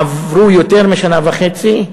עברו יותר משנה וחצי.